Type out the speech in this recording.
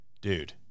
dude